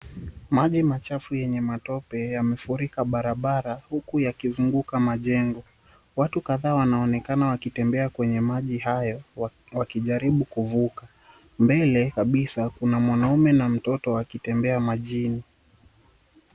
Maji machafu yenye matope yamefurika barabara huku yakizunguka majengo watu kadhaa wanaonekana wakitembea ndani ya maji hayo wakijaribu kuvuka mbele kabisa kuna mwanaume na mtoto wakitembea majini.